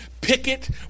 picket